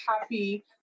happy